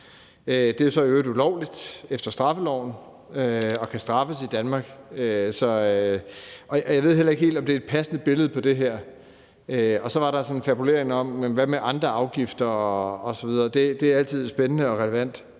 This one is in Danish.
Det er så i øvrigt ulovligt efter straffeloven og er strafbart i Danmark, og jeg ved heller ikke helt, om det er et passende billede på det her. Så var der sådan nogle fabuleringer: Hvad med andre afgifter osv.? Det er altid spændende og relevant.